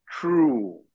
true